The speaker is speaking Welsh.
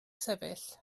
sefyll